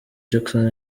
jackson